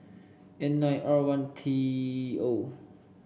N nine R one T O